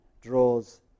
draws